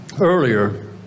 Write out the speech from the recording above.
earlier